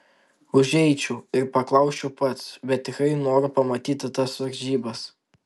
užeičiau ir paklausčiau pats bet tikrai noriu pamatyti tas varžybas